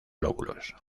lóbulos